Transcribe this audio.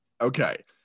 Okay